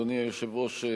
אדוני היושב-ראש.